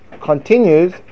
continues